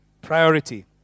priority